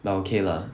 but okay lah